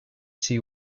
see